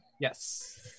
Yes